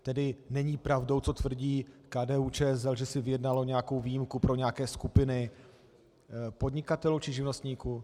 Tedy není pravdou, co tvrdí KDUČSL, že si vyjednalo nějakou výjimku pro nějaké skupiny podnikatelů či živnostníků?